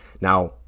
now